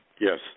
Yes